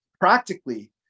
practically